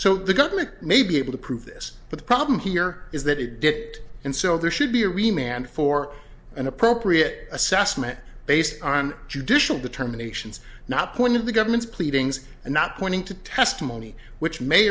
so the government may be able to prove this but the problem here is that it did it and so there should be remained for an appropriate assessment based on judicial determinations not point of the government's pleadings and not pointing to testimony which may